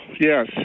yes